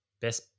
Best